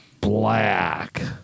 black